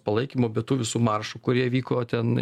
palaikymo be tų visų maršų kurie vyko ten